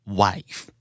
wife